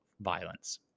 violence